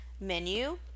menu